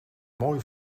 mooi